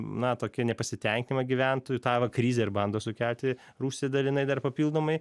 na tokį nepasitenkinimą gyventojų tą va krizę ir bando sukelti rusija dalinai dar papildomai